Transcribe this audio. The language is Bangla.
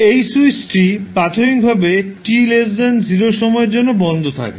এই স্যুইচটি প্রাথমিকভাবে t 0 সময় এর জন্য বন্ধ থাকে